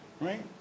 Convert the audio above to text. right